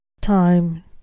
time